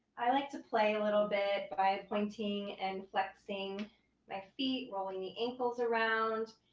i like to play a little bit by pointing and flexing my feet, rolling the ankles around,